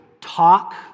talk